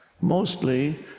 mostly